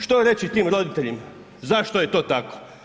Što reći tim roditeljima zašto je to tako?